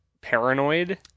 paranoid